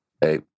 Hey